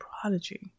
prodigy